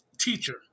teacher